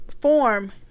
form